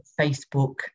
Facebook